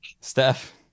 Steph